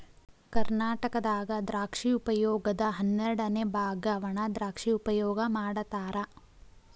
ಕರ್ನಾಟಕದಾಗ ದ್ರಾಕ್ಷಿ ಉಪಯೋಗದ ಹನ್ನೆರಡಅನೆ ಬಾಗ ವಣಾದ್ರಾಕ್ಷಿ ಉಪಯೋಗ ಮಾಡತಾರ